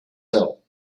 hell